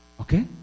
Okay